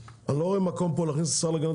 אני לא רואה מקום פה להכניס את השר להגנת